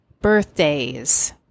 birthdays